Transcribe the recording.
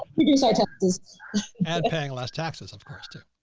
sort of and paying less taxes, of course, to